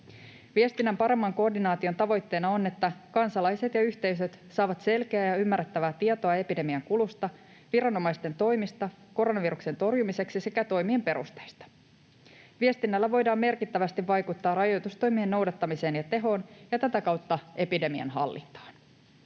Viestinnän paremman koordinaation tavoitteena on, että kansalaiset ja yhteisöt saavat selkeää ja ymmärrettävää tietoa epidemian kulusta, viranomaisten toimista koronaviruksen torjumiseksi sekä toimien perusteista. Viestinnällä voidaan merkittävästi vaikuttaa rajoitustoimien noudattamiseen ja tehoon ja tätä kautta epidemian hallintaan.